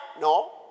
No